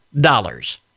dollars